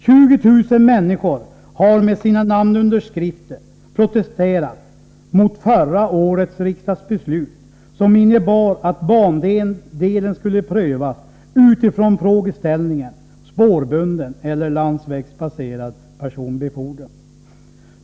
20 000 människor har med sina namnunderskrifter protesterat mot förra årets riksdagsbeslut, som innebar att bandelen skulle prövas utifrån frågeställningen spårbunden eller landsvägsbaserad personbefordran.